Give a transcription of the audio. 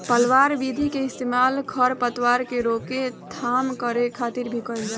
पलवार विधि के इस्तेमाल खर पतवार के रोकथाम करे खातिर भी कइल जाला